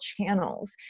channels